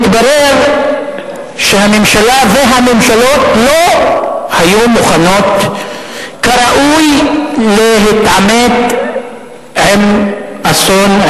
התברר שהממשלה והממשלות לא היו מוכנות כראוי להתעמת עם אסון,